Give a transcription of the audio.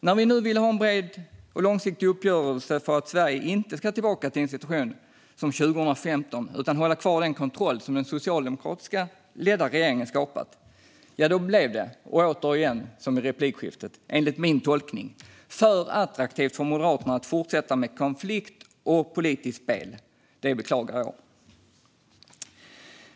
När vi nu ville ha en bred och långsiktig uppgörelse för att Sverige inte ska tillbaka till en situation som 2015 utan hålla kvar den kontroll som den socialdemokratiskt ledda regeringen har skapat blev det, enligt min tolkning, som jag sa i replikskiftet tidigare, för attraktivt för Moderaterna att fortsätta med konflikt och politiskt spel. Det beklagar jag.